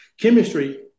chemistry